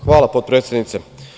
Hvala, potpredsednice.